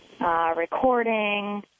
recording